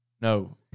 No